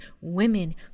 women